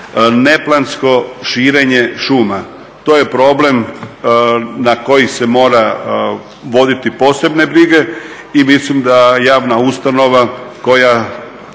neplansko širenje šuma. To je problem na koji se mora voditi posebne brige i mislim da javna ustanova koja